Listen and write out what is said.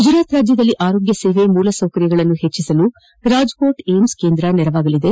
ಗುಜರಾತ್ನಲ್ಲಿ ಆರೋಗ್ಯ ಸೇವೆ ಮೂಲಸೌಕರ್ಯಗಳನ್ನು ಹೆಚ್ಚಿಸಲು ರಾಜ್ಕೋಟ್ ವಿಮ್ಚ್ ಕೇಂದ್ರ ನೆರವಾಗಲಿದೆ